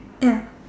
ya